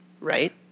right